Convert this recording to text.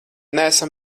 neesam